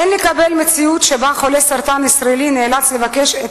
אין לקבל מציאות שבה חולה סרטן ישראלי נאלץ לבקש את